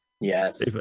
Yes